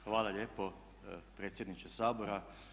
Hvala lijepo predsjedniče Sabora.